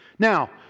Now